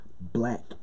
black